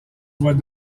voient